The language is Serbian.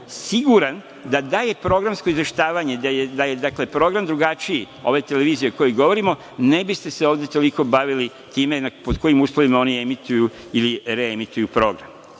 siguran da daje programsko izveštavanje, da je dakle, program drugačiji ove televizije o kojoj govorimo, ne biste se ovde toliko bavili time pod kojim uslovima oni emituju ili reemituju program,